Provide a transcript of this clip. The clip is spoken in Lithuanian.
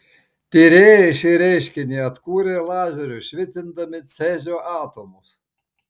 tyrėjai šį reiškinį atkūrė lazeriu švitindami cezio atomus